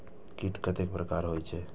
कीट कतेक प्रकार के होई छै?